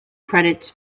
credits